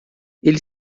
ele